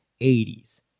80s